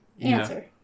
Answer